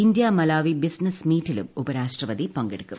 India Malawi business മീറ്റിലും ഉപരാഷ്ട്രപതി പങ്കെടുക്കും